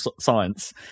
science